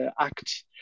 act